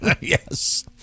Yes